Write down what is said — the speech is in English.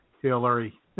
Hillary